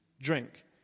drink